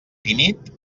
finit